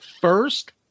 first